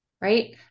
right